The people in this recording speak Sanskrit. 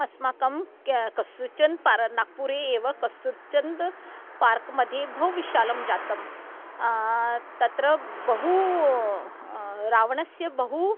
अस्माकं के कस्तुर्चन्दः पार्क नागपुरे एव कस्तुर्चन्दः पार्क्मध्ये बहु विशालं जातं तत्र बहु रावणस्य बहु